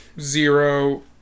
Zero